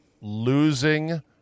losing